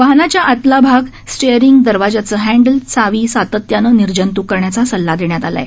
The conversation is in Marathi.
वाहनाच्या आतला भाग स्टिअरिंग दरवांचे हँडल चावी सातत्याने निर्जूतक करण्याचा सल्ला देण्यात आला आहे